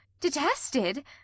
detested